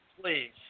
please